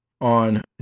On